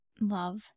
love